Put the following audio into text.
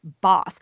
boss